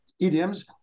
idioms